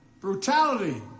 Brutality